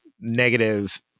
negative